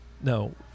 No